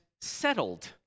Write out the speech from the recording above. settled